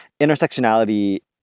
intersectionality